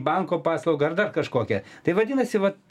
banko paslaugą ar dar kažkokią tai vadinasi vat